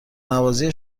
نوازی